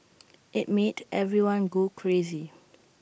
IT made everyone go crazy